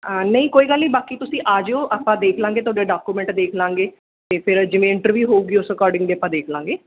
ਨਹੀਂ ਕੋਈ ਗੱਲ ਨਹੀਂ ਬਾਕੀ ਤੁਸੀਂ ਆ ਜਿਓ ਆਪਾਂ ਦੇਖ ਲਵਾਂਗੇ ਤੁਹਾਡੇ ਡਾਕੂਮੈਂਟ ਦੇਖ ਲਵਾਂਗੇ ਅਤੇ ਫੇਰ ਜਿਵੇਂ ਇੰਟਰਵਿਊ ਹੋਊਗੀ ਉਸ ਅਕੋਰਡਿੰਗ ਵੀ ਆਪਾਂ ਦੇਖ ਲਵਾਂਗੇ